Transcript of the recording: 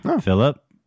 Philip